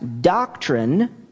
doctrine